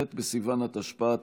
ח' בסיוון התשפ"א,